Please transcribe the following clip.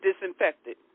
disinfected